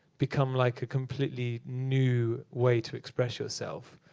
become like a completely new way to express yourself.